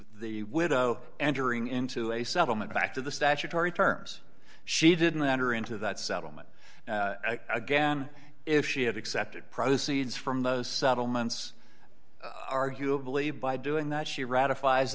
the widow entering into a settlement back to the statutory terms she didn't enter into that settlement again if she had accepted proceeds from those settlements arguably by doing that she ratifies